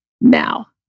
now